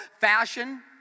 Fashion